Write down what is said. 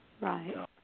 Right